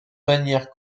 manière